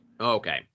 Okay